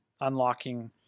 unlocking